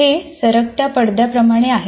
हे सरकत्या पडद्या प्रमाणे आहे